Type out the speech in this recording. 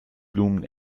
blumen